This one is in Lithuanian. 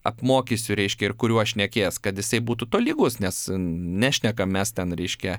apmokysiu reiškia ir kuriuo šnekės kad jisai būtų tolygus nes nešnekam mes ten reiškia